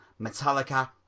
Metallica